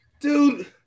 Dude